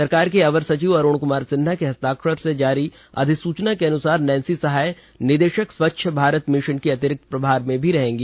सरकार के अवर सचिव अरुण कमार सिन्हा के हस्ताक्षर से जारी अधिसूचना के अनुसार नैंसी सहाय निदेशक स्वच्छ भारत मिशन के अतिरिक्त प्रभार में भी रहेंगी